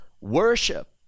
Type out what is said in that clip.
worship